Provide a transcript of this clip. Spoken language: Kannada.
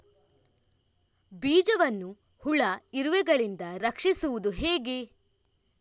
ಬೀಜವನ್ನು ಹುಳ, ಇರುವೆಗಳಿಂದ ರಕ್ಷಿಸುವುದು ಹೇಗೆ?